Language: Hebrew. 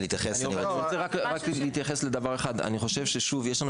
אני רוצה להתייחס לדבר אחד: לדעתי, יש פה